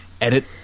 edit